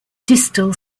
distal